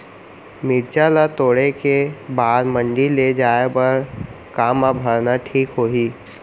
मिरचा ला तोड़े के बाद मंडी ले जाए बर का मा भरना ठीक होही?